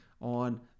on